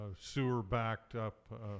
sewer-backed-up